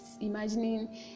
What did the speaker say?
imagining